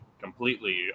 completely